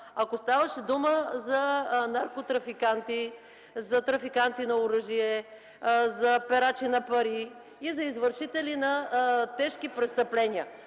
ако ставаше дума за наркотрафиканти, за трафиканти на оръжие, за перачи на пари и за извършители на тежки престъпления.